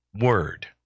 word